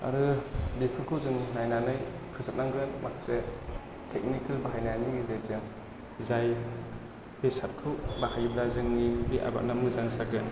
आरो बिफोरखौ जोङो नायनानै फोसोबनांगोन माखासे टेकनिकेल बाहायनायनि गेजेरजों जाय बेसादखौ बाहायोब्ला जोंनि बे आबादा मोजां जागोन